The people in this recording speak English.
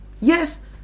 Yes